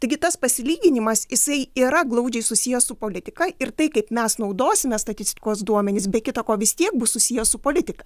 taigi tas pasilyginimas jisai yra glaudžiai susijęs su politika ir tai kaip mes naudosime statistikos duomenis be kita ko vis tiek bus susiję su politika